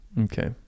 Okay